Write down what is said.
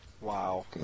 Wow